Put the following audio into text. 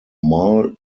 mall